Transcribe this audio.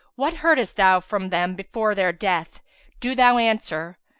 what heardest thou from them before their death do thou answer,